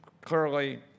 clearly